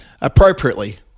appropriately